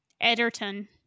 Edgerton